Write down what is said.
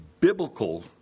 biblical